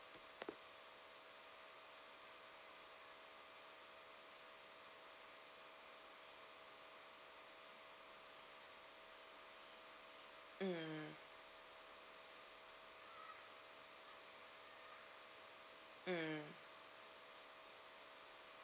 mm mm